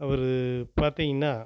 அவர் பார்த்தீங்கனா